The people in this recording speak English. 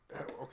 Okay